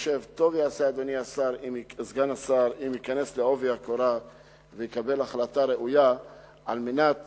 שטוב יעשה אדוני סגן השר אם ייכנס בעובי הקורה ויקבל החלטה ראויה על מנת